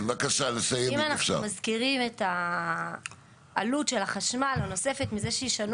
אם אנחנו מזכירים את העלות הנוספת של החשמל מזה שישנו